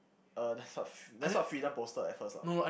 uh that's not that's not freedom poster at first ah